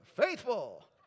Faithful